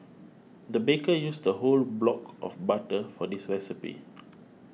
the baker used a whole block of butter for this recipe